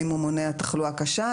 האם הוא מונע תחלואה קשה,